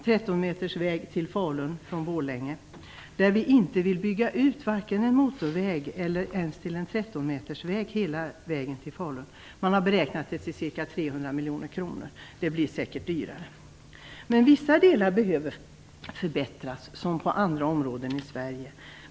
Där vill vi inte bygga ut varken en motorväg eller ens till en 13-metersväg hela vägen till Falun. Man har beräknat kostnaden till ca 300 miljoner kronor. Det blir säkert dyrare. Men vissa delar behöver förbättras, som inom andra områden i Sverige.